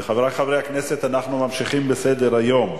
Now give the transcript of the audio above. חברי חברי הכנסת, אנחנו ממשיכים בסדר-היום.